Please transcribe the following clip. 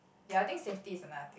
ya I think safety is another thing